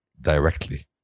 Directly